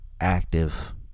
active